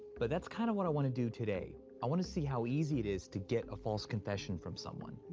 but that's kind of what i wanna do today. i wanna see how easy it is to get a false confession from someone.